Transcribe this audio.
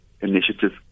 initiative